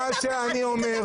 זה מה שאני אומר.